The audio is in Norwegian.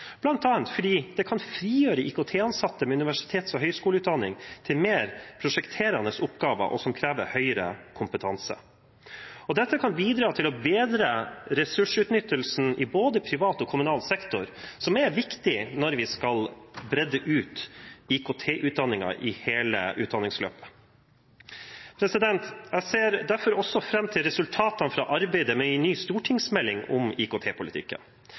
fordi det kan frigjøre IKT-ansatte med universitets- og høyskoleutdanning til mer prosjekterende oppgaver, og som krever høyere kompetanse. Dette kan bidra til å bedre ressursutnyttelsen i både privat og kommunal sektor, som er viktig når vi skal bredde ut IKT-utdanningen i hele utdanningsløpet. Jeg ser derfor også fram til resultatene fra arbeidet med en ny stortingsmelding om